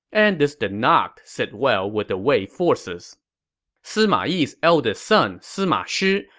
and this did not sit well with the wei forces sima yi's eldest son, sima shi,